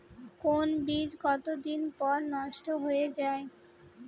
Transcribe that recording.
কোন বীজ কতদিন পর নষ্ট হয়ে য়ায়?